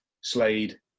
Slade